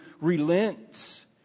relents